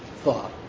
thought